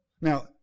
Now